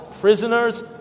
prisoners